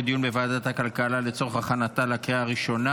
54 בעד, חמישה מתנגדים, אחד נמנע.